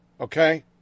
okay